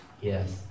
Yes